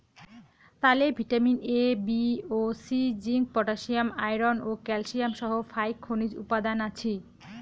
তালে vitamin A, B ও C, zinc, potassium, iron ও ক্যালসিয়াম সহ ফাইক খনিজ উপাদান আছি